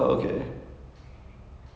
from that I can tell that he can act lah